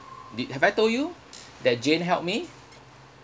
did have I told you that jane helped me